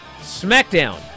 SmackDown